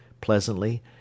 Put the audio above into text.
pleasantly